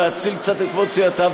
להציל את כבוד סיעתה,